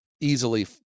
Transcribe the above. easily